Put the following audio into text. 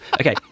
okay